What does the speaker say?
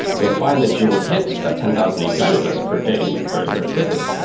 you'll find that you will hits that ten thousand api requests per day very, very quickly.